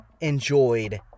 enjoyed